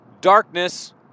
darkness